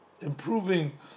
improving